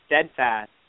steadfast